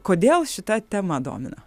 kodėl šita tema domina